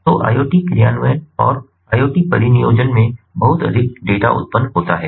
तो IoT कार्यान्वयन और IoT परिनियोजन में बहुत अधिक डेटा उत्पन्न होता है